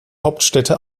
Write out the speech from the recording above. hauptstädte